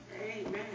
amen